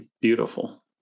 beautiful